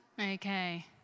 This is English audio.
Okay